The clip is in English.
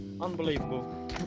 Unbelievable